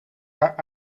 haar